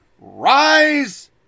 rise